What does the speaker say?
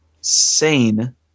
sane